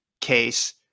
case